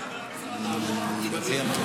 אתה מדבר על משרד התחבורה?